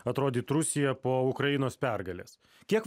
atrodyt rusija po ukrainos pergalės kiek